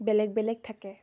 বেলেগ বেলেগ থাকে